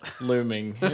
looming